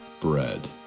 bread